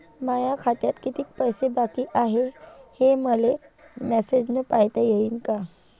माया खात्यात कितीक पैसे बाकी हाय, हे मले मॅसेजन पायता येईन का?